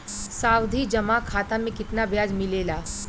सावधि जमा खाता मे कितना ब्याज मिले ला?